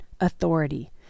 authority